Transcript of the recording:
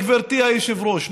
גברתי היושבת-ראש,